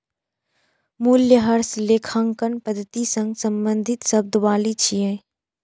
मूल्यह्रास लेखांकन पद्धति सं संबंधित शब्दावली छियै